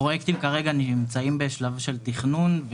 הפרויקטים כרגע נמצאים בשלב של תכנון.